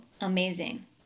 amazing